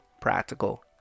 practical